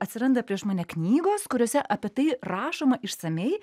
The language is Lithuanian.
atsiranda prieš mane knygos kuriose apie tai rašoma išsamiai